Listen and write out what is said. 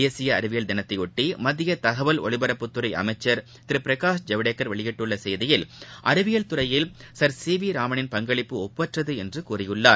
தேசிய அறிவியல் தினத்தையொட்டி மத்திய தகவல் ஒலிபரப்புத்துறை அமைச்சர் திரு பிரகாஷ் ஜவடேகர் வெளியிட்டுள்ள செய்தியில் அறிவியல் துறையில் சர் சி வி ராமனின் பங்களிப்பு ஒப்பற்றது என்று கூறியுள்ளார்